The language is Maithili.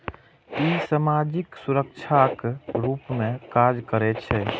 ई सामाजिक सुरक्षाक रूप मे काज करै छै